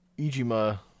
Ijima